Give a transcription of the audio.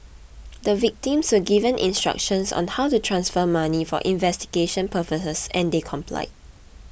the victims were given instructions on how to transfer money for investigation purposes and they complied